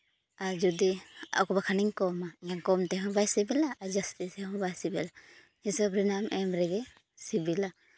ᱟᱨ ᱡᱩᱫᱤ ᱟᱨ ᱵᱟᱠᱷᱟᱱᱤᱧ ᱠᱚᱢᱟ ᱠᱚᱢ ᱛᱮᱦᱚᱸ ᱵᱟᱭ ᱥᱤᱵᱤᱞᱟ ᱟᱨ ᱡᱟᱹᱥᱛᱤ ᱛᱮᱦᱚᱸ ᱵᱟᱭ ᱥᱤᱵᱤᱞᱟ ᱦᱤᱥᱟᱹᱵ ᱨᱮᱱᱟᱜ ᱮᱢ ᱨᱮᱜᱮ ᱥᱤᱵᱤᱞᱟ